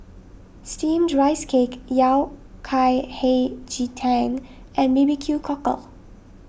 Steamed Rice Cake Yao Cai Hei Ji Tang and B B Q Cockle